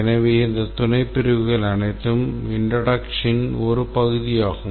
எனவே இந்த துணைப்பிரிவுகள் அனைத்தும் introductionன் ஒரு பகுதியாகும்